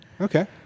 Okay